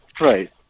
right